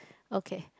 okay